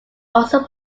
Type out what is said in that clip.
also